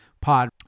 pod